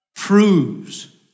proves